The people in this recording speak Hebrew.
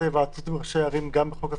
ההיוועצות עם ראשי הערים גם בחוק הסמכויות?